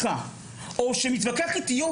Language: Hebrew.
היו"ר מתווכח איתי,